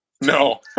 No